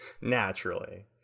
Naturally